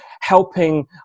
helping